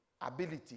Ability